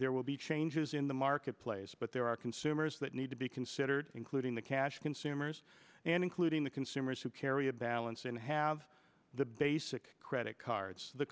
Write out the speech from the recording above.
there will be changes in the marketplace but there are consumers that need to be considered including the cash consumers and including the can simmers who carry a balance and have the basic credit cards the